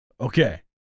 Okay